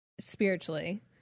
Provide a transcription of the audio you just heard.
spiritually